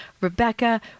Rebecca